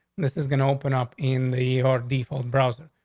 this is going to open up in the our default browser.